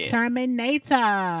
Terminator